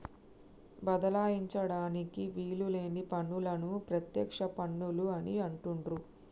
బదలాయించడానికి వీలు లేని పన్నులను ప్రత్యక్ష పన్నులు అని అంటుండ్రు